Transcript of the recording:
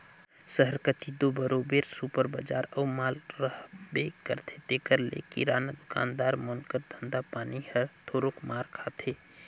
सहर कती दो बरोबेर सुपर बजार अउ माल रहबे करथे तेकर ले किराना दुकानदार मन कर धंधा पानी हर थोरोक मार खाथे